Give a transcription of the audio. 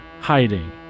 hiding